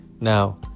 Now